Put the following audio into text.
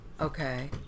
Okay